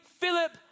Philip